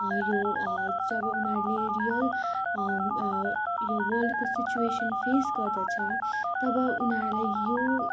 यो जब उनीहरूले रियल यो वर्ल्डको सिच्वेसन फेस गर्दछ तब उनीहरूलाई यो